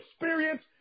experience